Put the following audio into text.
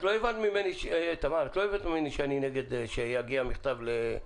את לא הבנת ממני שאני נגד שיגיע מכתב לנגב אליי?